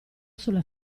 sulla